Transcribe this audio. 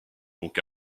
donc